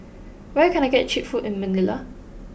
where can I get cheap food in Manila